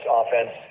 offense